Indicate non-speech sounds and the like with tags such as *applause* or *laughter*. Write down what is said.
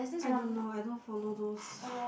I don't know I don't follow those *breath*